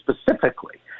specifically